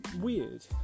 weird